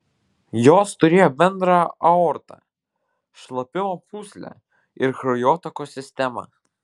jos turėjo bendrą aortą šlapimo pūslę ir kraujotakos sistemą